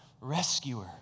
rescuer